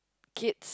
kids